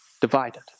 divided